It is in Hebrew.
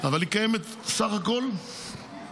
אבל היא קיימת סך הכול לחודשיים.